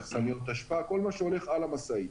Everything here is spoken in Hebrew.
דחסניות אשפה כל מה שהולך על המשאית.